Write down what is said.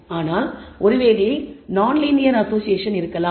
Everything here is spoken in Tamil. ஆனால் ஒருவேளை நான் லீனியர் அசோஷியேஷன் இருக்கலாம்